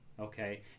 okay